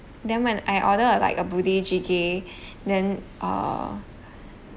then when I order like a budae jjigae then UH